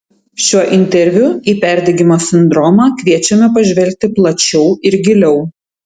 šiuo interviu į perdegimo sindromą kviečiame pažvelgti plačiau ir giliau